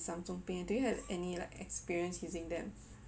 samsung pay and do you have any like experience using them